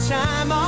time